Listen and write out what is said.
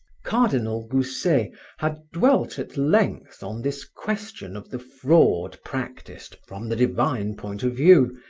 cardinal gousset had dwelt at length on this question of the fraud practiced from the divine point of view.